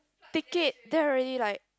ticket there already like